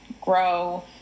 grow